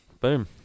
Boom